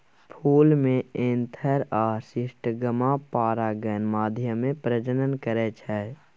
फुल मे एन्थर आ स्टिगमा परागण माध्यमे प्रजनन करय छै